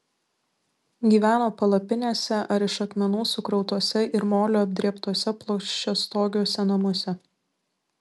gyveno palapinėse ar iš akmenų sukrautuose ir moliu apdrėbtuose plokščiastogiuose namuose